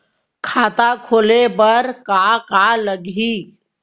खाता खोले बार का का लागही?